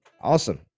awesome